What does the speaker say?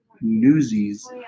Newsies